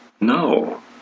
No